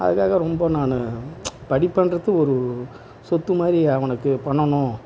அதுக்காக ரொம்ப நான் படிப்புன்றது ஒரு சொத்து மாதிரி அவனுக்கு பண்ணணும்